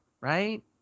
Right